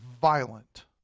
violent